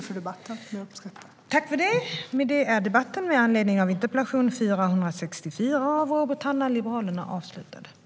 Jag har uppskattat den.